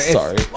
Sorry